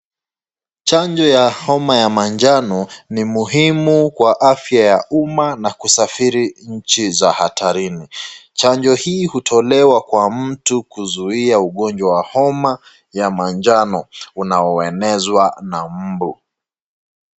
Chanjo ya homa ya manjano ni muhimu kwa afya ya umma na kusafiri nchi za hatarini. Chanjo hii hutolewa kwa mtu kuzuia ugonjwa wa homa ya manjano . Unaonezwa na mbu.